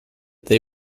they